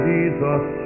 Jesus